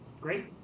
Great